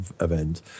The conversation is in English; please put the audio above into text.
event